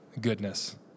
goodness